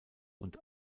und